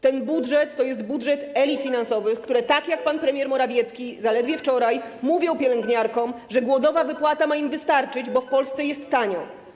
Ten budżet to jest budżet elit finansowych, które, tak jak pan premier Morawiecki zaledwie wczoraj, mówią pielęgniarkom, że głodowa wypłata ma im wystarczyć, bo w Polsce jest tanio.